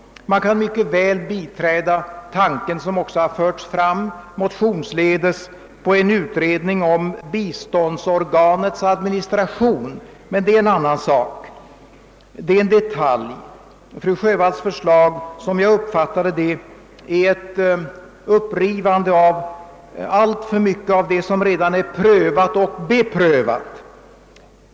Man kan mycket väl biträda tanken, som har förts fram motionsledes, på en utredning om biståndsorganets administration, men detta är en annan sak. Det är en detalj. Fru Sjövalls förslag skulle, såsom jag uppfattade det, innebära ett upprivande av alltför mycket av det som redan är prövat och beprövat.